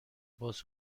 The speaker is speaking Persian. باز